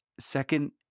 Second